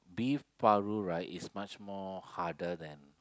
beef paru right is much more harder than